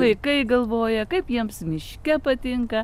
vaikai galvoja kaip jiems miške patinka